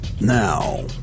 Now